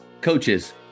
Coaches